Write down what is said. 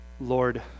Lord